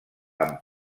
amb